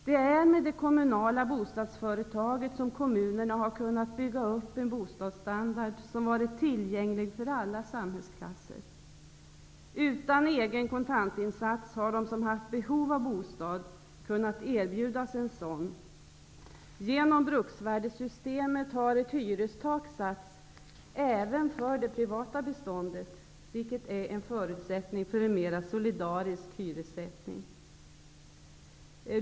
Det är genom de kommunala bo stadsföretagen som kommunerna har kunnat bygga upp en bostadsstandard som varit tillgäng lig för alla samhällsklasser. Utan egen kontantin sats har de som har haft behov av bostad kunnat erbjudas en sådan. Genom bruksvärdessystemet har ett hyrestak satts även för det privata bestån det, vilket är en förutsättning för en mer solida risk hyressättning.